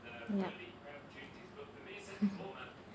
yup mmhmm